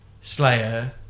slayer